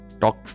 talk